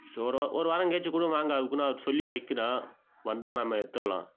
சரி ஒரு வா ஒரு வாரம் கழிச்சி கூடம் வாங்க அதுக்குள்ளே நான் அவ் சொல்லி வைக்கிறேன் வந்தால் நம்ம எடுத்துடலாம்